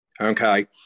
Okay